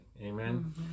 Amen